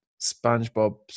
spongebob